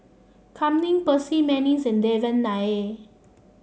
Kam Ning Percy McNeice and Devan Nair